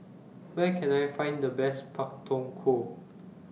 Where Can I Find The Best Pak Thong Ko